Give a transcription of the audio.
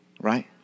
right